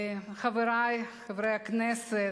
חברי חברי הכנסת,